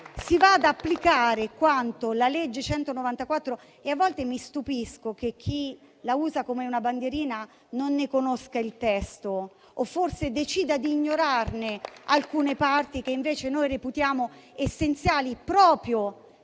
si va ad applicare quanto prevede la legge n. 194. A volte mi stupisco che chi la usa come una bandierina non ne conosca il testo o forse decida di ignorarne alcune parti che invece noi reputiamo essenziali, proprio